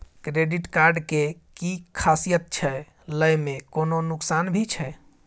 Credit card के कि खासियत छै, लय में कोनो नुकसान भी छै?